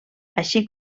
així